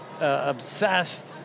obsessed